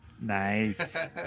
Nice